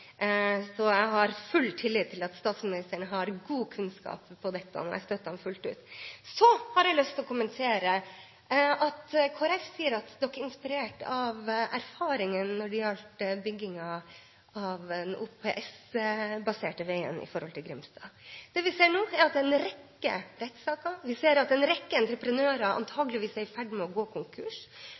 Så jeg har full tillit til at statsministeren har god kunnskap om dette, og jeg støtter ham fullt ut. Så har jeg lyst til å kommentere at Kristelig Folkeparti sier at de er inspirert av erfaringen når det gjaldt byggingen av den OPS-baserte veien ved Grimstad. Det vi ser nå, er en rekke rettssaker, vi ser at en rekke entreprenører antakeligvis er i ferd med å gå konkurs